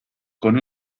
con